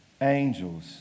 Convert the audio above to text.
angels